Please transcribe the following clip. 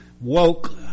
woke